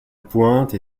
pointe